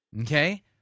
Okay